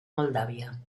moldavia